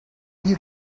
you